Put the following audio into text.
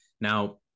Now